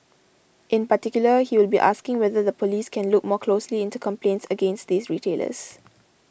in particular he will be asking whether the police can look more closely into complaints against these retailers